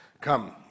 come